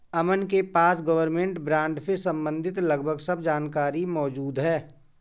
अमन के पास government bond से सम्बंधित लगभग सब जानकारी मौजूद है